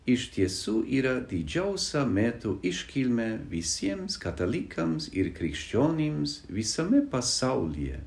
iš tiesų yra didžiausia metų iškilmė visiems katalikams ir krikščionims visame pasaulyje